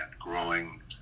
growing